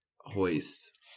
hoist